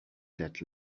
let